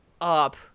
up